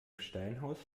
steinhaus